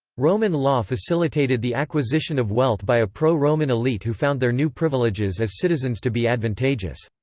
roman law facilitated the acquisition of wealth by a pro-roman elite who found their new privileges as citizens to be advantageous.